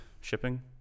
shipping